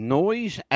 noise